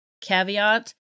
caveat